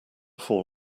fall